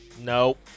No